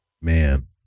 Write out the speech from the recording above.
man